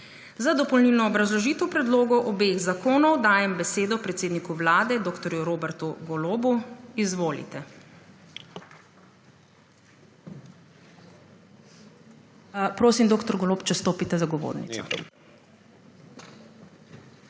Za dopolnilno obrazložitev predlogov obeh zakonov dajem besedo predsedniku Vlade dr. Robertu Golobu. Izvolite. Prosim, dr. Golob, če stopite za govornico.